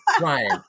Ryan